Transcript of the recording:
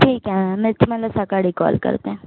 ठीक आहे मी तुम्हाला सकाळी कॉल करते